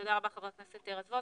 תודה רבה, חבר הכנסת רזבוזוב.